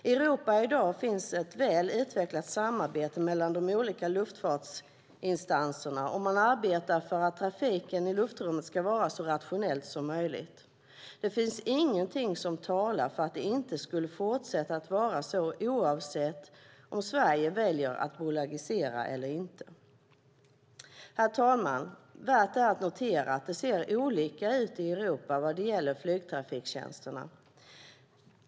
I Europa finns i dag ett väl utvecklat samarbete mellan de olika luftfartsinstanserna, och man arbetar för att trafiken i luftrummet ska vara så rationell som möjligt. Det finns ingenting som talar för att det inte skulle fortsätta att vara så oavsett om Sverige väljer att bolagisera eller inte. Herr talman! Det är värt att notera att det ser olika ut i Europa vad gäller flygtrafiktjänsterna.